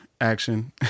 action